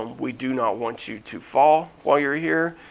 we do not want you to fall while you're here.